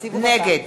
נגד